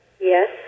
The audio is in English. yes